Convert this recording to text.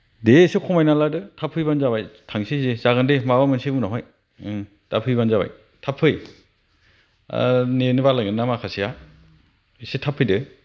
दे एसे खमायना लादो थाब फैब्लानो जाबाय थांसै जे जागोन दे माबा मोनसे उनावहाय ओं दा फैब्लानो जाबाय थाब फै नेनो बालायगोन ना माखासेया एसे थाब फैदो